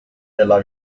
della